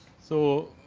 so,